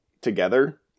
together